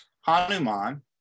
Hanuman